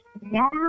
Now